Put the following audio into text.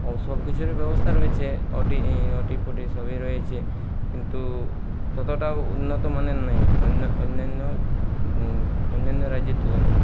ও সবকিছুরই ব্যবস্থা রয়েছে ওটি ওটি ফোটি সবই রয়েছে কিন্তু ততোটাও উন্নত মানের নেই অন্যে অন্যেন্য অন্যেন্য রাজ্যের তুলনায়